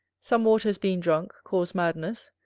some waters being drunk, cause madness,